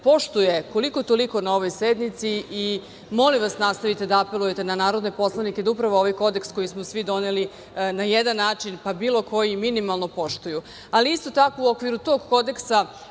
poštuje koliko, toliko na ovoj sednici. Molim vas nastavite da apelujete na narodne poslanike da upravo ovaj kodeks koji smo svi doneli na jedan način, pa bilo koji, minimalno poštuju. Isto tako, u okviru tog kodeksa